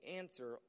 answer